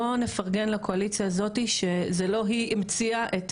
בואו נפרגן לקואליציה הזאת שזה לא היא המציאה.